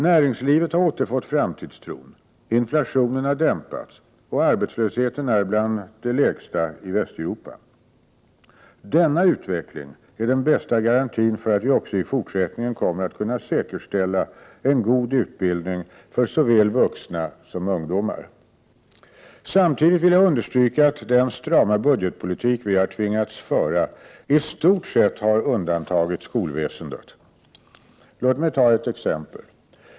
Näringslivet har återfått framtidstron, inflationen har dämpats och arbetslösheten är bland de lägsta i Västeuropa. Denna utveckling är den bästa garantin för att vi också i fortsättningen kommer att kunna säkerställa en god utbildning för såväl vuxna som ungdomar. Samtidigt vill jag understryka att den strama budgetpolitik vi har tvingats föra i stort sett har undantagit skolväsendet. Låt mig ta ett exempel.